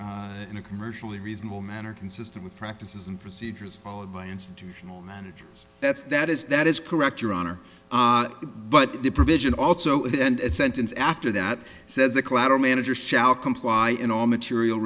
a commercially reasonable manner consistent with practices and procedures followed by institutional managers that's that is that is correct your honor but the provision also in the end sentence after that says the collateral manager shall comply in all material